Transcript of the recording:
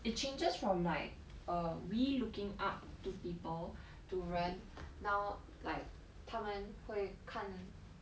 it changes from like err we looking up to people to then now like 他们会看